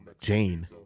jane